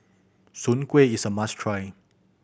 Soon Kueh is a must try